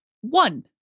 one